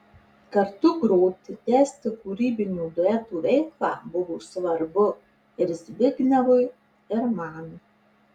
kartu groti tęsti kūrybinio dueto veiklą buvo svarbu ir zbignevui ir man